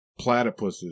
Platypuses